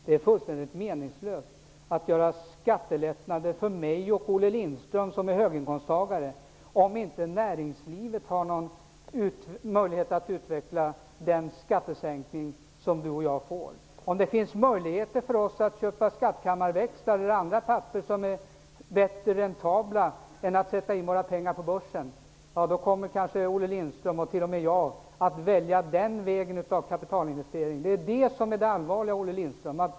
Det är fullständigt meningslöst att åstadkomma skattelättnader för mig och Olle Lindström, som är höginkomsttagare, om inte näringslivet har någon möjlighet att utveckla den skattesänkning som vi då får. Om det finns möjligheter för oss att köpa skattkammarväxlar eller andra papper som är bättre räntabelt än att sätta in våra pengar på börsen kommer kanske Olle Lindström, och t.o.m. jag, att välja den vägen av kapitalinvestering. Det är det allvarliga, Olle Lindström.